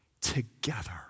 together